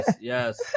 yes